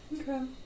Okay